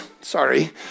Sorry